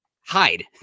hide